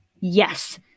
Yes